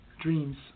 dreams